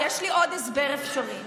יש לי עוד הסבר אפשרי,